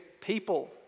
people